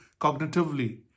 cognitively